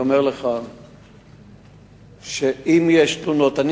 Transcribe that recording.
אני אומר לך שאם יש תלונות,